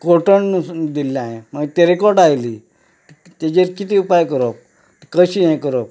cotton अशी दिल्ली हांवें म्हाका तेरेकोटा आयली तेजेर किदें उपाय करप कशें ये करप